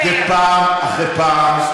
ופעם אחרי פעם,